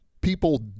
people